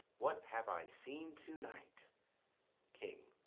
what have i seen to-night! king.